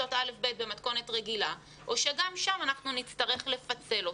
כיתות א'-ב' במתכונת רגילה או שגם שם אנחנו נצטרך לפצל אותם.